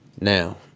Now